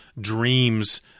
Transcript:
dreams